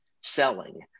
selling